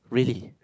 really